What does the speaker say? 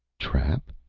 trap?